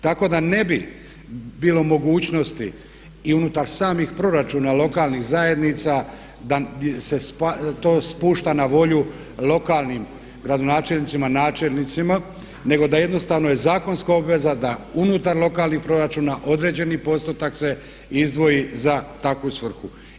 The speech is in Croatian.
Tako da ne bi bilo mogućnosti i unutar samih proračuna lokalnih zajednica da se to spušta na volju lokalnim gradonačelnicima, načelnicima nego da jednostavno je zakonska obveza da unutar lokalnih proračuna određeni postotak se izdvoji za takvu svrhu.